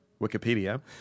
Wikipedia